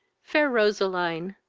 fair roseline,